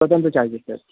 स्वतंत्र चार्जेस आहेत